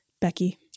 Becky